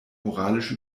moralisch